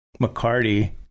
McCarty